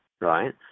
Right